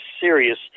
serious